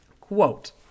Quote